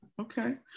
okay